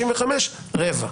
מתוך 55-רבע.